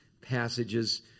passages